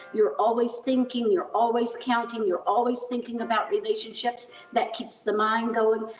you're always thinking, you're always counting, you're always thinking about relationships. that keeps the mind going.